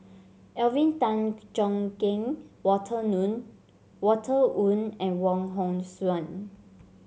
Alvin Tan Cheong Kheng Walter Walter Woon and Wong Hong Suen